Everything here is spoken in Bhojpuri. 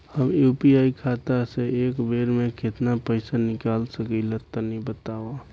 हम यू.पी.आई खाता से एक बेर म केतना पइसा निकाल सकिला तनि बतावा?